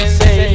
say